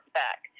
back